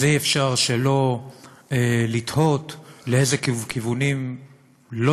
אז אי-אפשר שלא לתהות לאיזה כיוונים לא